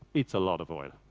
it's a lot of oil.